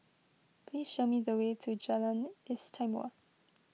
please show me the way to Jalan Istimewa